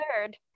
third